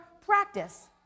practice